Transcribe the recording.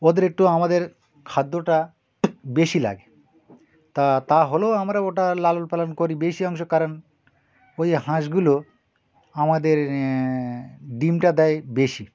ওদের একটু আমাদের খাদ্যটা বেশি লাগে তা তাহলেও আমরা ওটা লালন পালন করি বেশি অংশ কারণ ওই হাঁসগুলো আমাদের ডিমটা দেয় বেশি